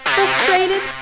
Frustrated